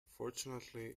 fortunately